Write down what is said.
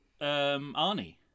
Arnie